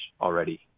already